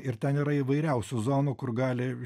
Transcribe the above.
ir ten yra įvairiausių zonų kur gali